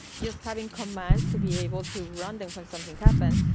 just having commands to be able to run them when something happens.